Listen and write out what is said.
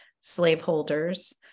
slaveholders